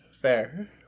Fair